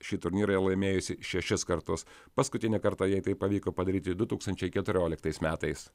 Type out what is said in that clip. šį turnyrą jau laimėjusi šešis kartus paskutinį kartą jai tai pavyko padaryti du tūkstančiai keturioliktais metais